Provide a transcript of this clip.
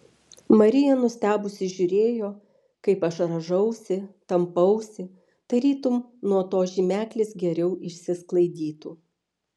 marija nustebusi žiūrėjo kaip aš rąžausi tampausi tarytum nuo to žymeklis geriau išsisklaidytų